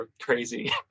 crazy